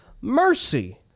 mercy